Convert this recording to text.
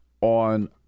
on